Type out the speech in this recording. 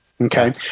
Okay